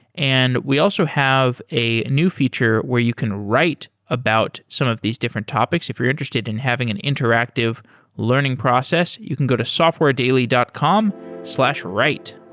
and we also have a new feature where you can write about some of these different topics. if you're interested in having an interactive learning process, you can go to softwaredaily dot com write